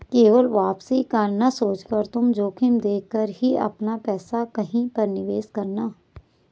केवल वापसी का ना सोचकर तुम जोखिम देख कर ही अपना पैसा कहीं पर निवेश करना